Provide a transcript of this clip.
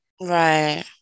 Right